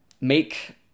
make